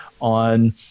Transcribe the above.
on